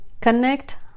connect